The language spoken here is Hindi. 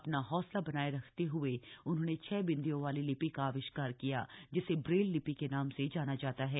अपना हौसला बनाया रखते हुए उन्होंने छह बिन्दियों वाली लिपि का आविष्कार किया जिसे ब्रेल लिपि के नाम से जाना जाता है